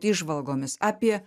įžvalgomis apie